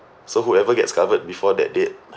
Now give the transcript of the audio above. so whoever gets covered before that date